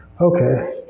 Okay